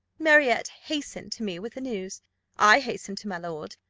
marriott hastened to me with the news i hastened to my lord,